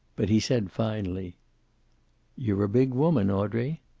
but he said finally you're a big woman, audrey.